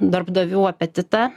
darbdavių apetitą